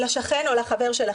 לשכן או לחבר שלכם.